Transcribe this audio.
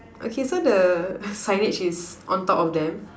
okay so the signage is on top of them